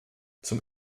zum